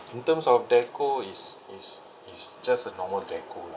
in terms of decor is is is just a normal decor lah